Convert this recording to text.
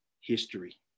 history